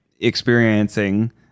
experiencing